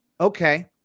Okay